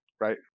right